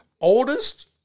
Oldest